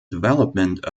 development